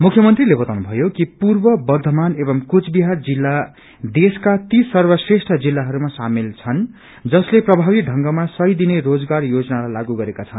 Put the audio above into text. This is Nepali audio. मुख्य मंत्रीले बताउनुभयो कि पूर्व वर्दमान एवं कूचविहार जिल्ल देशको ती सर्वश्रेष्ठ जिल्लाहरूमा शामेल छन् जसले प्रभावी ढंगमा सय दिने रोजगार योजनालाई लागू गरेका छन्